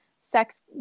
Sex